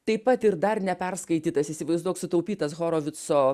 taip pat ir dar neperskaitytas įsivaizduok sutaupytas horovico